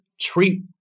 treat